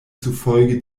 zufolge